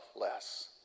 less